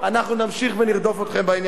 אנחנו נמשיך ונרדוף אתכם בעניין הזה.